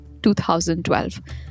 2012